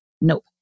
Nope